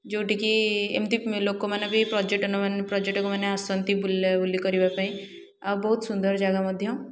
ଯେଉଁଠିକି ଏମିତି ଲୋକମାନେ ବି ପର୍ଯ୍ୟଟନ ପର୍ଯ୍ୟଟକମାନେ ଆସନ୍ତି ବୁଲାବୁଲି କରିବାପାଇଁ ଆଉ ବହୁତ ସୁନ୍ଦର ଜାଗା ମଧ୍ୟ